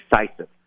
decisive